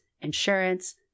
insurance